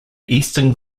eastern